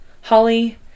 Holly